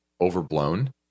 overblown